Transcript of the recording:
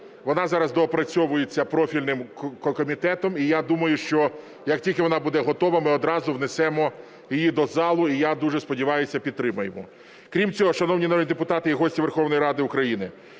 вона зараз доопрацьовується профільним комітетом. І я думаю, що як тільки вона буде готова, ми одразу внесемо її до залу, і я дуже сподіваюся, підтримаємо. Крім цього, шановні народні депутати і гості Верховної Ради України,